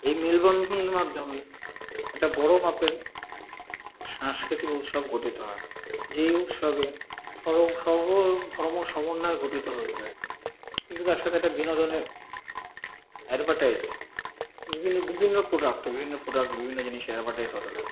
এই মেলবন্ধনের মাধ্যমে একটা বড় মাপের সাংস্কৃতিক উৎসব গঠিত হয় যেই উৎসবে সব সর্বধর্ম সমন্বয় গঠিত হতে থাকে কিন্তু তার সাথে একটা বিনোদনের অ্যাডভার্টাইজ বিভিন্ন বিভিন্ন প্রোডাক্ট বিভিন্ন প্রোডাক্ট বিভিন্ন জিনিসের অ্যাডভার্টাইজ হতে থাকে